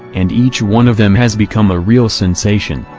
and each one of them has become a real sensation.